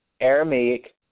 Aramaic